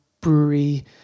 brewery